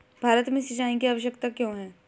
भारत में सिंचाई की आवश्यकता क्यों है?